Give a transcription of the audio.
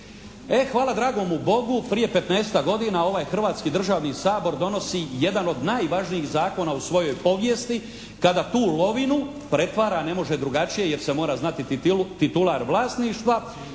E hvala dragomu Bogu, prije 15-tak godina ovaj Hrvatski državni sabor donosi jedan od najvažnijih zakona u svojoj povijesti kada tu lovinu a, kada je riječ o poljoprivrednom i šumskom zemljištu,